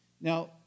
Now